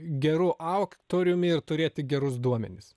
geru aktoriumi ir turėti gerus duomenis